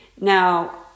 Now